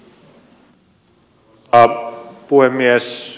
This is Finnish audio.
arvoisa puhemies